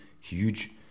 huge